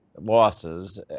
losses